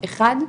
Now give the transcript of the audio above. אחד,